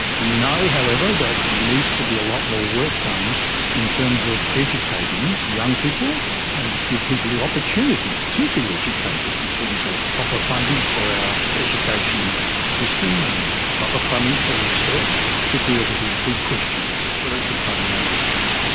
we know however that there needs to be a lot more work done in terms of educating young people and to give people the opportunity to be educated in terms of proper funding for our education system and proper funding for research to deal with these big questions that are confronting our society.